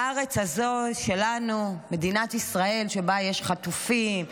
בארץ הזו, שלנו, מדינת ישראל, שבה יש חטופים,